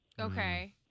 Okay